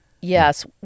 Yes